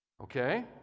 Okay